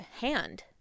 hand